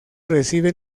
recibe